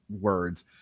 words